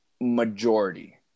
majority